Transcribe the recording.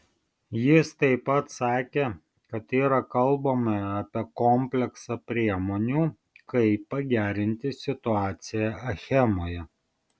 jis taip pat sakė kad yra kalbama apie kompleksą priemonių kaip pagerinti situaciją achemoje